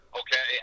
okay